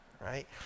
right